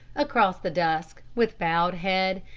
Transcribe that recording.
across the dusk, with bowed head,